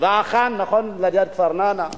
כפר-בתיה ברעננה.